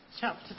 chapter